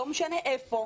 לא משנה היכן,